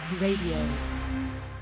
Radio